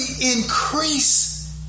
increase